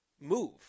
move